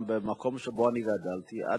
כאשר הם מגיעים לימים טובים ומבוגרים,